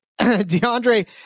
DeAndre